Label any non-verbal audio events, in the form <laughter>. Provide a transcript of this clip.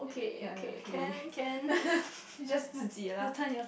ya ya really <laughs> it's just 自己 lah